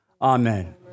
Amen